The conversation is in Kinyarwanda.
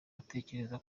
atekereza